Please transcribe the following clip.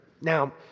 Now